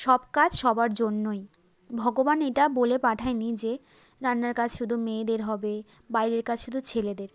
সব কাজ সবার জন্যই ভগবান এটা বলে পাঠায় নি যে রান্নার কাজ শুধু মেয়েদের হবে বাইরের কাজ শুধু ছেলেদের